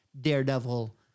Daredevil